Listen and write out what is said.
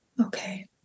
Okay